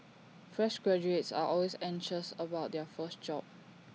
fresh graduates are always anxious about their first job